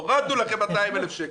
הורדנו לכם 200,000 שקל.